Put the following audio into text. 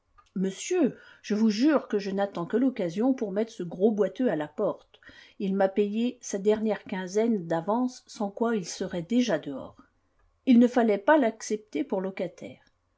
monsieur je vous jure que je n'attends que l'occasion pour mettre ce gros boiteux à la porte il m'a payé sa dernière quinzaine d'avance sans quoi il serait déjà dehors il ne fallait pas l'accepter pour locataire